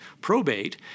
probate